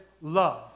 love